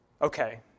okay